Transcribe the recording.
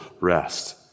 rest